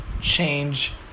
Change